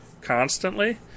constantly